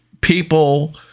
people